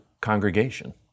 congregation